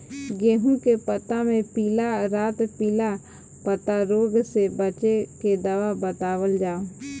गेहूँ के पता मे पिला रातपिला पतारोग से बचें के दवा बतावल जाव?